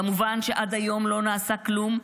כמובן שעד היום לא נעשה כלום,